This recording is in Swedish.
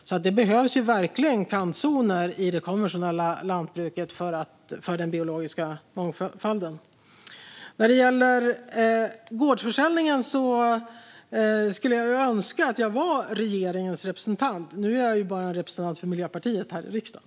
Kantzoner behövs alltså verkligen i det konventionella lantbruket för den biologiska mångfalden. När det gäller gårdsförsäljning skulle jag önska att jag var regeringens representant. Nu är jag bara representant för Miljöpartiet här i riksdagen.